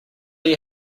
you